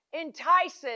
entices